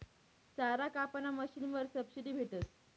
चारा कापाना मशीनवर सबशीडी भेटस